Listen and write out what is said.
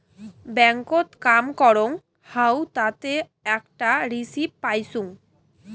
ব্যাংকত কাম করং হউ তাতে আকটা রিসিপ্ট পাইচুঙ